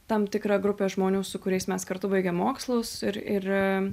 tam tikra grupė žmonių su kuriais mes kartu baigėm mokslus ir ir